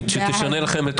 מי נמנע?